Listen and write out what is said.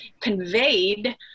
conveyed